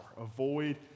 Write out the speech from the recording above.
Avoid